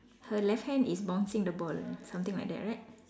her left hand is bouncing the ball something like that right